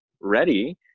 ready